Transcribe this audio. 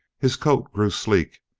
his coat grew sleek,